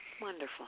Wonderful